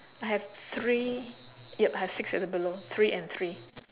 I have three yup I have six at the below three and three